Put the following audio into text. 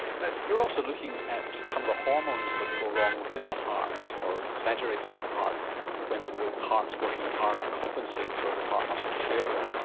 you're also looking at some of the hormones that go wrong within the heart or exaggerated but in the heart when the heart's working hard to compensate for the heart muscle failure.